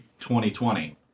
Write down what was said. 2020